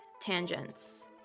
tangents